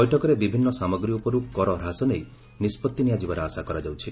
ବୈଠକରେ ବିଭିନ୍ନ ସାମଗ୍ରୀ ଉପରୁ କର ହ୍ରାସ ନେଇ ନିଷ୍ପଭି ନିଆଯିବାର ଆଶା କରାଯାଉଛି